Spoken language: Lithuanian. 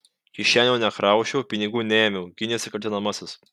kišenių nekrausčiau pinigų neėmiau gynėsi kaltinamasis